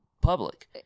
public